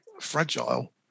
fragile